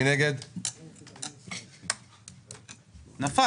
אני מחדש את הישיבה.